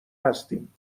هستیم